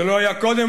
זה לא היה קודם.